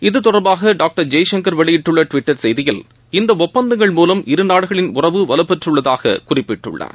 இத்தொடர்பாக டாக்டர் ஜெய்சங்கர் வெளியிட்டுள்ள டுவிட்டர் செய்தியில் இந்த ஒப்பந்தங்கள் மூலம் இருநாடுகளின் உறவு வலுப்பெற்றுள்ளதாக குறிப்பிட்டுள்ளார்